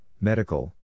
medical